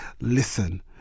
listen